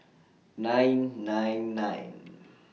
nine nine nine